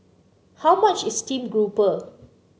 how much is Steamed Grouper